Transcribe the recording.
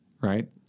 right